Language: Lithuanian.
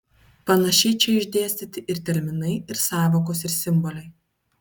panašiai čia išdėstyti ir terminai ir sąvokos ir simboliai